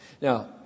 Now